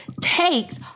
takes